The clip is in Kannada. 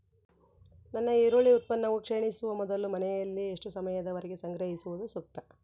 ನನ್ನ ಈರುಳ್ಳಿ ಉತ್ಪನ್ನವು ಕ್ಷೇಣಿಸುವ ಮೊದಲು ಮನೆಯಲ್ಲಿ ಎಷ್ಟು ಸಮಯದವರೆಗೆ ಸಂಗ್ರಹಿಸುವುದು ಸೂಕ್ತ?